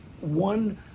one